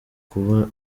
kuba